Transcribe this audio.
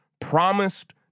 promised